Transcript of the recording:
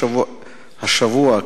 השבוע,